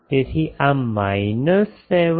તેથી આ માઇનસ 7